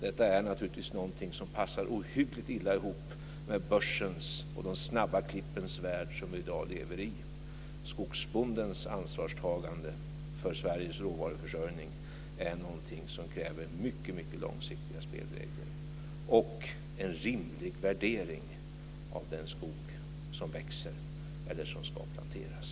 Det är någonting som passar ohyggligt illa ihop med börsens och de snabba klippens värld som vi i dag lever i. Skogsbondens ansvarstagande för Sveriges råvaruförsörjning är någonting som kräver mycket långsiktiga spelregler och en rimlig värdering av den skog som växer eller som ska planteras.